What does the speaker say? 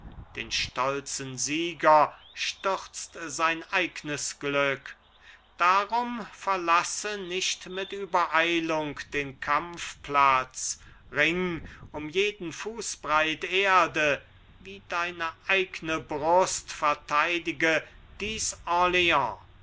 den stolzen sieger stürzt sein eignes glück darum verlasse nicht mit übereilung den kampfplatz ring um jeden fußbreit erde wie deine eigne brust verteidige dies orleans